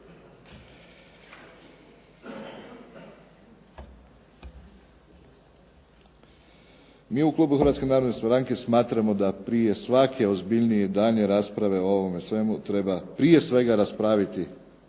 Mi u klubu Hrvatske narodne stranke smatramo da prije svake ozbiljnije daljnje rasprave o ovome svemu treba prije svega raspraviti